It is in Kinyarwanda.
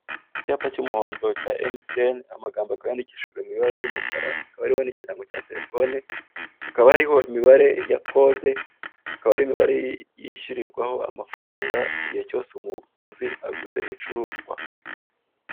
Icyapa cy'umuhondo cya MTN amagambo akaba yandikishijwe mu ibara ry'umukara akaba hariho n'ikirango cya terefone hakaba hariho imibara ya kode akaba ari imabare yishyurirwaho amafaranga igihe umukiriya aguze ibicuruzwa.